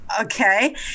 okay